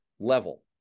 level